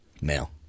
Male